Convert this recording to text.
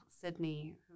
Sydney